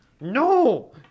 No